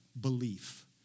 belief